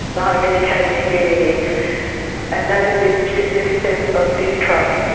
the home educating community and that is this sense of distrust,